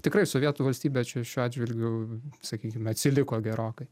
tikrai sovietų valstybė čia šiuo atžvilgiu sakykime atsiliko gerokai